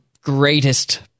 greatest